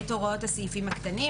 את הוראות הסעיפים הקטנים.